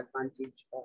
advantage